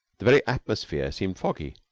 the very atmosphere seemed foggy.